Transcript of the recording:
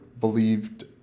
believed